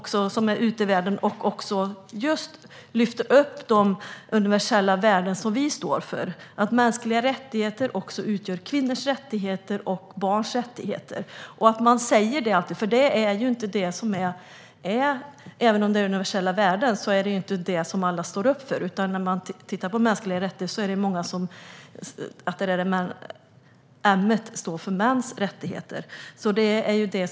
Han är ute i världen och lyfter upp de universella värden vi står för: att mänskliga rättigheter också innebär kvinnors rättigheter och barns rättigheter. Det är viktigt att man säger det. Även om detta är universella värden är det nämligen inte alla som står upp för det, utan när man tittar på mänskliga rättigheter kan man många gånger tro att m:et står för "män" - det vill säga att det handlar om mäns rättigheter.